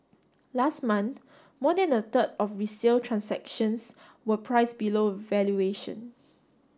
last month more than a third of resale transactions were price below valuation